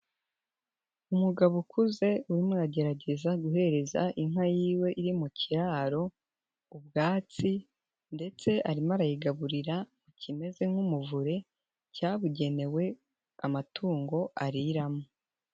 Umugabo ukuze urimo uragerageza guhereza inka yiwe iri mu kiraro ubwatsi ndetse arimo arayigaburira mu kimeze nk'umuvure cyabugenewe amatungo ariramo.